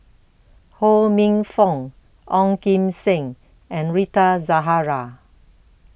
Ho Minfong Ong Kim Seng and Rita Zahara